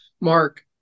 Mark